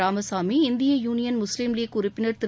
இராமசாமி இந்திய union Muslim league உறுப்பினர் திரு